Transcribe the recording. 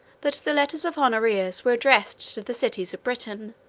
that the letters of honorius were addressed to the cities of britain.